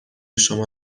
شما